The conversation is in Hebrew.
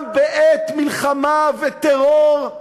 גם בעת מלחמה וטרור,